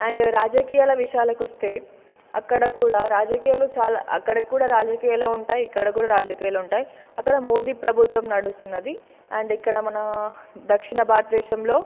and రాజకీయాల విషయాలకు వస్తే అక్కడ కూడా రాజకీయాలు చాలా అక్కడ కూడా రాజకీయాల్లో ఉంటాయి ఇక్కడ కూడా రాజకీయాలు ఉంటాయి అక్కడ మోదీ ప్రభుత్వం నడుస్తున్నది అండ్ ఇక్కడ మన దక్షిణ భారత దేశంలో